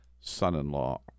son-in-law